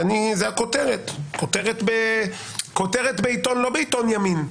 וזה הכותרת לא בעיתון ימין,